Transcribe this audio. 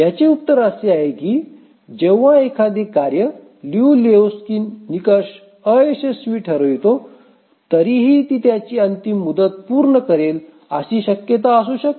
याचे उत्तर असे आहे की जेव्हा एखादी कार्ये लिऊ लेहोक्स्की निकष अयशस्वी ठरवितो तरीही तरीही ती त्याची अंतिम मुदत पूर्ण करेल अशी शक्यता असू शकते